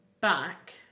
back